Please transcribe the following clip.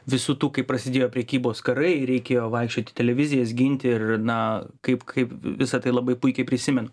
visų tų kai prasidėjo prekybos karai reikėjo vaikščiot į televizijas ginti ir na kaip kaip visa tai labai puikiai prisimenu